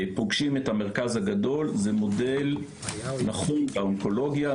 פוגשים את המרכז הגדול זה מודל נחוץ לאונקולוגיה,